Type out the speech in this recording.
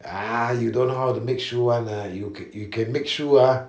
ah you don't know how to make shoe [one] lah you ca~ you can make shoe ah